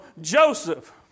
Joseph